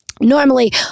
normally